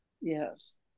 Yes